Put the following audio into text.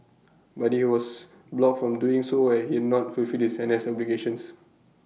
but he was blocked from doing so as he not fulfilled his N S obligations